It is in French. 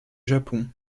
japon